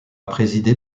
présidée